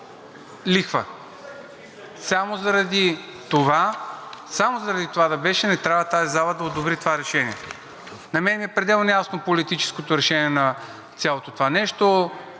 лихва. Само заради това да беше, не трябва тази зала да одобри това решение. На мен ми е пределно ясно политическото решение на цялото това нещо